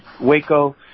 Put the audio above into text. Waco